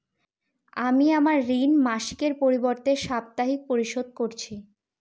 আমি আমার ঋণ মাসিকের পরিবর্তে সাপ্তাহিক পরিশোধ করছি